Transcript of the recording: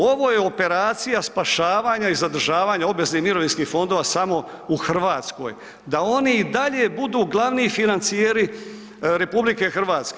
Ovo je operacija spašavanja i zadržavanja obaveznih mirovinskih fondova samo u RH, da oni i dalje budu glavni financijeri RH.